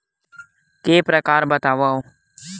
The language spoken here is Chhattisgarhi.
के प्रकार बतावव?